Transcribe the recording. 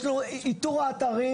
יש לנו איתור האתרים.